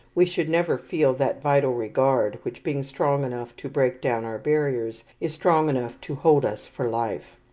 we should never feel that vital regard which, being strong enough to break down our barriers, is strong enough to hold us for life.